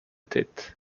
tête